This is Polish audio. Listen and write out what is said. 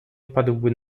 wpadłby